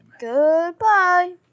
Goodbye